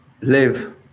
live